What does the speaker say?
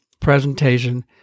presentation